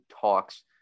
talks